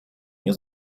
nie